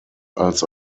als